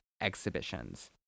exhibitions